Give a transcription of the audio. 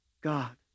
God